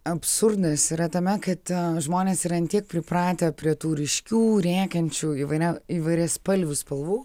absurdas yra tame kad žmonės yra ant tiek pripratę prie tų ryškių rėkiančių įvairia įvairiaspalvių spalvų